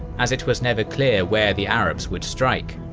as it was never clear where the arabs would strike.